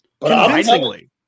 Convincingly